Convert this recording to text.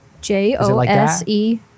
J-O-S-E